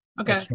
okay